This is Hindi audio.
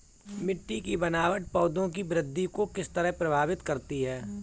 मिटटी की बनावट पौधों की वृद्धि को किस तरह प्रभावित करती है?